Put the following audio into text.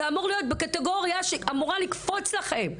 זה אמור להיות בקטגוריה שאמורה לקפוץ לכם.